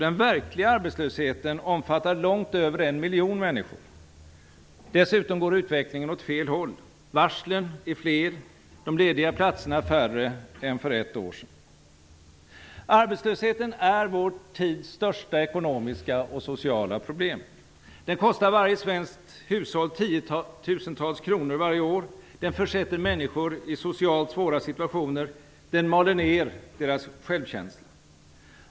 Den verkliga arbetslösheten omfattar långt över en miljon människor. Dessutom går utvecklingen åt fel håll. Varslen är fler, och de lediga platserna färre än för ett år sedan. Arbetslösheten är vår tids största ekonomiska och sociala problem. Den kostar varje svenskt hushåll tiotusentals kronor varje år, den försätter människor i socialt svåra situationer och den mal ned deras självkänsla.